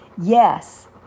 Yes